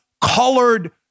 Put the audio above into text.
colored